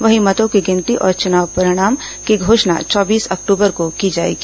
वहीं मतों की गिनती और चुनाव परिणाम की घोषणा चौबीस अक्टूबर को की जाएगी